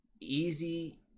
easy